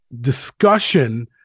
discussion